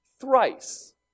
thrice